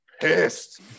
pissed